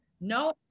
No